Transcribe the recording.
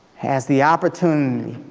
has the opportunity